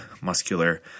muscular